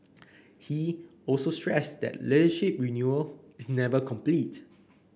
he also stressed that leadership renewal is never complete